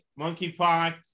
monkeypox